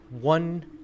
One